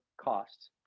costs